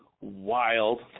wild